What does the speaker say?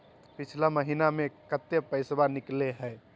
पिछला महिना मे कते पैसबा निकले हैं?